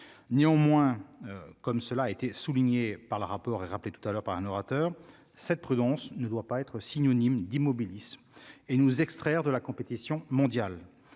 néanmoins, comme cela a été souligné par le rapport et rappelé tout à l'heure par un orateur cette prudence ne doit pas être synonyme d'immobilisme et nous extraire de la compétition mondiale,